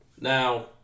Now